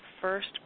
first